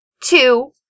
two